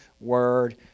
Word